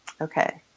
okay